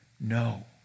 no